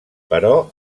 però